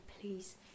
please